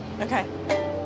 Okay